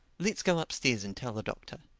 let's go upstairs and tell the doctor.